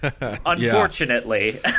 unfortunately